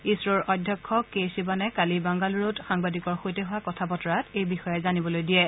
ইছৰ অধ্যক্ষ কে শিৱানে কালি বেংগালুৰুত সাংবাদিকৰ সৈতে হোৱা কথা বতৰাত এই বিষয়ে জানিবলৈ দিয়ে